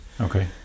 Okay